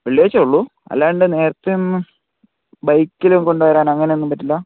വെള്ളിയാഴ്ച്ചയുള്ളു അല്ലാണ്ട് നേരത്തെയൊന്നും ബൈക്കിൽ കൊണ്ടു വരാൻ അങ്ങനെയൊന്നും പറ്റില്ല